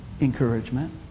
encouragement